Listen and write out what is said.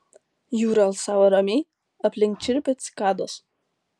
jūra alsavo ramiai aplink čirpė cikados